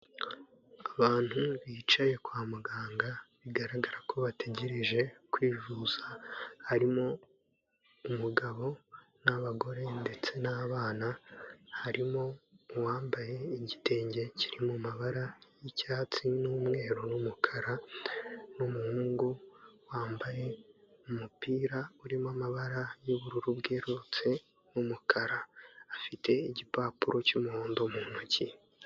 Abantu bicaye kwa muganga bigaragara ko bategereje kwivuza, harimo umugabo n'abagore ndetse n'abana, harimo uwambaye igitenge kiri mu mabara y'icyatsi n'umweru n'umukara n'umuhungu wambaye umupira urimo amabara y'ubururu bwererutse n'umukara, afite igipapuro cy'umuhondo mu ntoki.